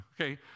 okay